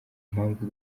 mpamvu